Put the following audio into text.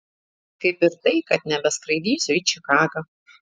kaip ir tai kad nebeskraidysiu į čikagą